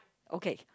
okay